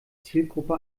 zielgruppe